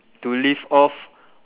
to live off